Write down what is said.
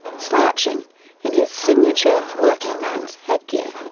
slouching in his signature working man's headgear.